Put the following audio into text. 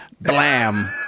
Blam